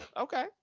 Okay